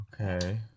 Okay